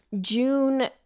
June